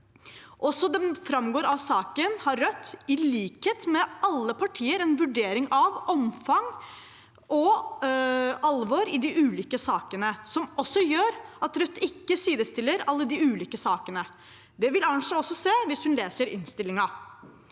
det framgår av saken, har Rødt – i likhet med alle andre partier – en vurdering av omfang og alvor i de ulike sakene, noe som også gjør at Rødt ikke sidestiller de ulike sakene. Det vil Arnstad se hvis hun leser innstillingen.